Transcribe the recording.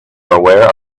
aware